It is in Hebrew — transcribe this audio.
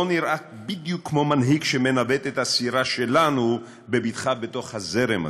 לא נראה כמו מנהיג שמנווט את הסירה שלנו בבטחה בתוך הזרם הזה.